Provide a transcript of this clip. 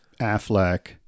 Affleck